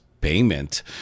Payment